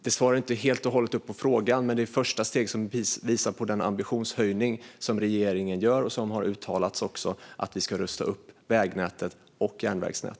Detta svarar inte helt på frågan, men det är ett första steg som visar på regeringens uttalade ambitionshöjning när det gäller att rusta upp vägnätet och järnvägsnätet.